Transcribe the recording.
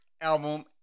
album